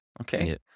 Okay